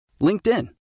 LinkedIn